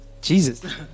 Jesus